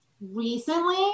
recently